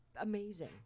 amazing